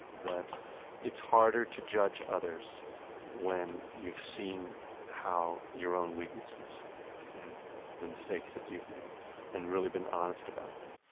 that it's harder to judge others when you've seen how your own weaknesses and the mistakes that you've made and really been honest about them.